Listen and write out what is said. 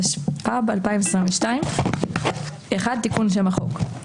התשפ"ב-2022 תיקון שם החוק1.